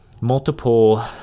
multiple